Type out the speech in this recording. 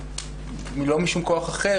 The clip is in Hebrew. ולא משום כוח אחר,